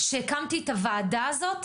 שהקמתי את הוועדה הזאת,